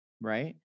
Right